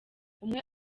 umwe